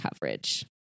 coverage